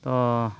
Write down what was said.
ᱛᱚ